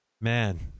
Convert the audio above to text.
Man